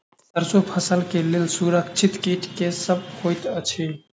सैरसो फसल केँ लेल असुरक्षित कीट केँ सब होइत अछि?